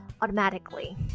automatically